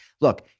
Look